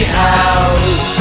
house